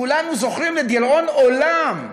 כולנו זוכרים, לדיראון עולם,